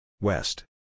West